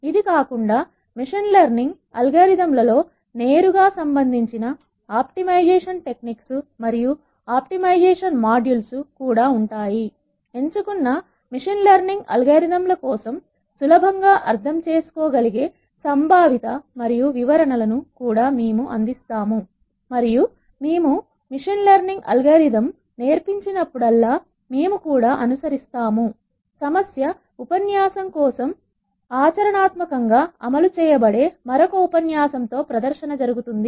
ఇది కాకుండా machine learning అల్గోరిథంలలో నేరుగా సంబంధించిన ఆప్టిమైజేషన్ టెక్నిక్స్ మరియు ఆప్టిమైజేషన్ మాడ్యూల్స్ కూడా ఉంటాయిఎంచుకున్న మిషన్ లెర్నింగ్ అల్గోరిథంల కోసం సులభంగా అర్థం చేసుకోగలిగే సంభావిత మరియు వివరణలను కూడా మేము అందిస్తాం మరియు మేము మెషిన్ లెర్నింగ్ అల్గరిథం నేర్పించినప్పుడల్లా మేము కూడా అనుసరిస్తాము సమస్య ఉపన్యాసం కోసం ఆచరణాత్మకంగా అమలు చేయబడే మరొక ఉపన్యాసంతో ప్రదర్శన జరుగుతుంది